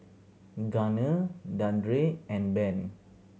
Gunner Dandre and Ben